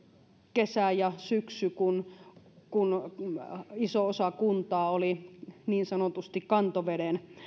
kesä ja syksy kun kun iso osa kuntaa oli niin sanotusti kantoveden